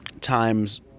times